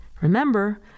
Remember